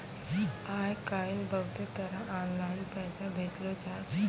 आय काइल बहुते तरह आनलाईन पैसा भेजलो जाय छै